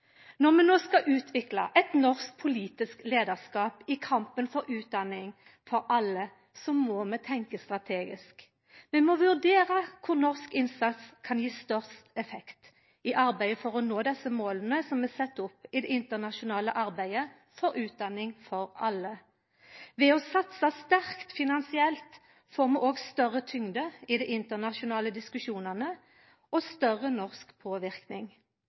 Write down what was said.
Når vi no skal utvikla eit norsk politisk leiarskap i kampen for utdanning for alle, må vi tenkja strategisk. Vi må vurdera kor norsk innsats kan gi størst effekt i arbeidet for å nå desse måla som er sette opp i det internasjonale arbeidet for utdanning for alle. Ved å satsa sterkt finansielt får vi òg større tyngde i dei internasjonale diskusjonane og større norsk